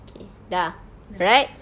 okay sudah right